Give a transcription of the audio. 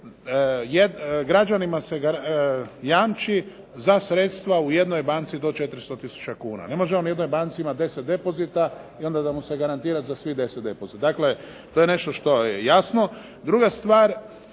građanima se jamči za sredstva u jednoj banci do 400 tisuća kuna. Ne može on u jednoj banci imati 10 depozita i onda da mu se garantira za svih 10 depozita. Dakle, to je nešto što je jasno. Druga stvar,